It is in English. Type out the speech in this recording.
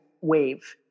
wave